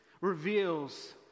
reveals